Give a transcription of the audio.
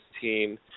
team